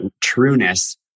trueness